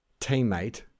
teammate